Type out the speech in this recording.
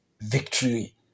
victory